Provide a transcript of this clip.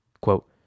quote